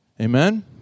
amen